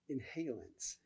Inhalants